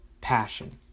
passion